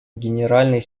генеральный